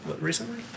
recently